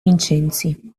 vincenzi